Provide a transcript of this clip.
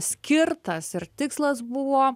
skirtas ir tikslas buvo